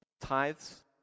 tithes